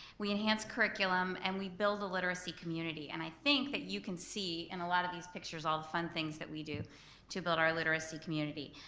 we enhance curriculum and we build a literacy community and i think that you can see in a lot of these pictures all the fun things that we do to build our literacy community.